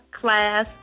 class